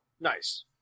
Nice